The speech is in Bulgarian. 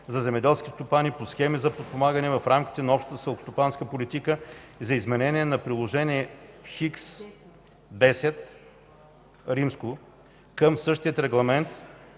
за земеделски стопани по схеми за подпомагане в рамките на общата селскостопанска политика и за изменение на приложение X към същия регламент